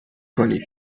کنید